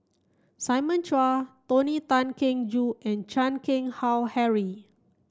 Simon Chua Tony Tan Keng Joo and Chan Keng Howe Harry